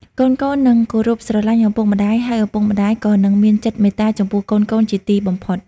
កូនៗនឹងគោរពស្រឡាញ់ឪពុកម្ដាយ ហើយឪពុកម្ដាយក៏នឹងមានចិត្តមេត្តាចំពោះកូនៗជាទីបំផុត។